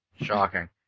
Shocking